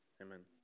Amen